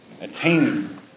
attaining